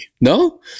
No